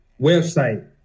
website